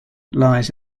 lies